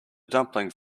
dumplings